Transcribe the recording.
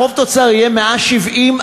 החוב תוצר יהיה 170%,